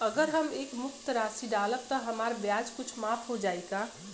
अगर हम एक मुस्त राशी डालब त हमार ब्याज कुछ माफ हो जायी का?